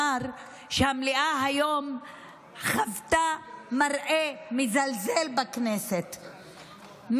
אמר שהמליאה היום חוותה מראה מזלזל בכנסת,